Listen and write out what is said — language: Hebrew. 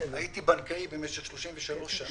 הייתי בנקאי במשך 33 שנה,